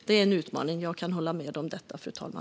Det är en utmaning; jag kan hålla med om det, fru talman.